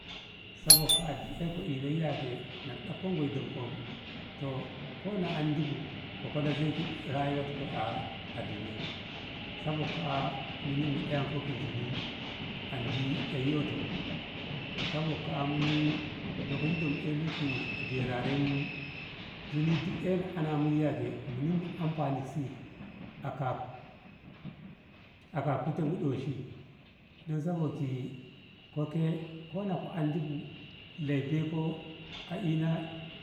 Sabok ka'a duk ei ko ina na ka dafko ngoi domkom toh ko na andibu ka kola zei ki rayuwatko a duniya sabok ka. a muni mu deyankok ki zunu andi ei yoto bu sabok ka. a muni lokoci mu ɗeino ki jerare mu zunu ko na ana mu muni mu anfani ki si aka kute bu doshi don sabok ki koi ke ko na andi bu lei beiko a ina.